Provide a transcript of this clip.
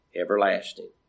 everlasting